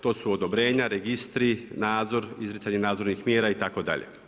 To su odobrenja, registri, nadzor, izricanje nadzornih mjera itd.